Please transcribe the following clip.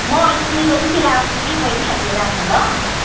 म अहिले दुई बजेतिर आउँछु कि बहिनी अहिले राखेँ ल